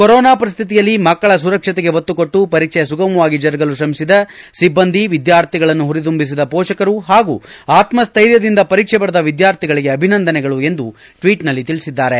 corona ಪರಿಸ್ತಿತಿಯಲ್ಲಿ ಮಕ್ಕಳ ಸುರಕ್ಷತೆಗೆ ಒತ್ತು ಕೊಟ್ಟು ಪರೀಕ್ಷೆ ಸುಗಮವಾಗಿ ಜರುಗಲು ಶ್ರಮಿಸಿದ ಸಿಬ್ಬಂದಿ ವಿದ್ಯಾರ್ಥಿಗಳನ್ನು ಹುರಿದುಂಬಿಸಿದ ಶೋಷಕರು ಹಾಗೂ ಆತಸ್ಟ್ರೆಯದಿಂದ ಪರೀಕ್ಷೆ ಬರೆದ ವಿದ್ಯಾರ್ಥಿಗಳಿಗೆ ಅಭಿನಂದನೆಗಳು ಎಂದು ಟ್ವೀಟ್ನಲ್ಲಿ ತಿಳಿಸಿದ್ದಾರೆ